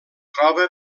troba